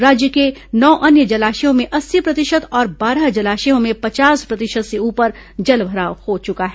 राज्य के नौ अन्य जलाशयों में अस्सी प्रतिशत और बारह जलाशयों में पचास प्रतिशत से ऊपर जलभराव हो चुका है